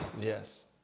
Yes